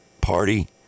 party